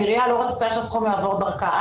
העירייה לא רצתה שהסכום יעבור דרכה.